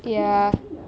ya